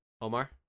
Omar